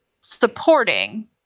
supporting